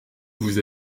vous